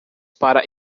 para